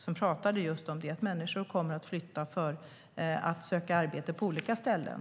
Där pratade man just om att människor kommer att flytta för att söka arbete på olika ställen.